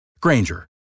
Granger